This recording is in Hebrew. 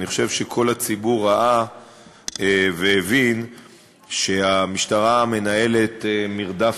אני חושב שכל הציבור ראה והבין שהמשטרה מנהלת מרדף